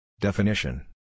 Definition